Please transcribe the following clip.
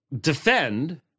defend